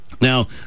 Now